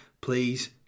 please